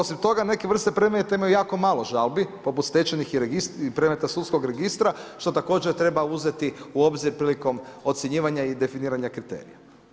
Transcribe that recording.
Osim toga, neke vrste predmeta imaju i jako malo žalbi poput nekih registara i predmeta sudskog registra što također treba uzeti u obzir prilikom ocjenjivanja i definiranja kriterija.